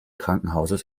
krankenhauses